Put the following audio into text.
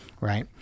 Right